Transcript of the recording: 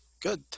good